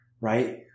Right